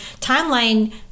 timeline